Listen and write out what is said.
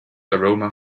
aroma